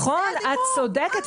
נכון את צודקת,